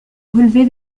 relever